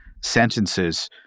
sentences